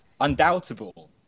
undoubtable